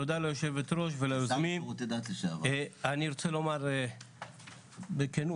תודה ליושבת-ראש, וליוזמים, אני רוצה לומר בכנות.